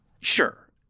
Sure